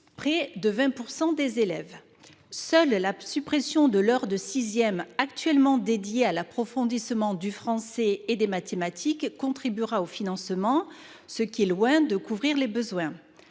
près de 20 % des élèves. Seule la suppression de l’heure de sixième actuellement dédiée à l’approfondissement du français et des mathématiques contribuera au financement, ce qui est loin de couvrir les besoins.